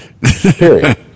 Period